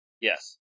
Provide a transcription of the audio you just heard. Yes